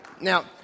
Now